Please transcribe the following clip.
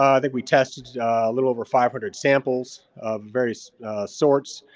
i think we tested a little over five hundred samples of various sorts.